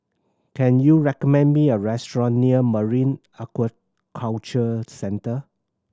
can you recommend me a restaurant near Marine Aquaculture Centre